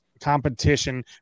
competition